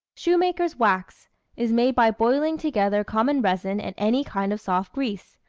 shoemakers' wax is made by boiling together common resin and any kind of soft grease,